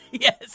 Yes